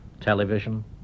Television